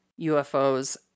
UFOs